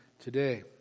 today